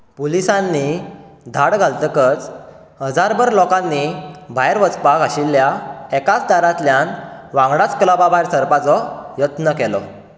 पुलिसांनी धाड घालतकच हजारभर लोकांनी भायर वचपाक आशिल्ल्या एकाच दारांतल्यान वांगडाच क्लबा भायर सरपाचो यत्न केलो